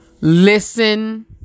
listen